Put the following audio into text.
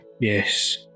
Yes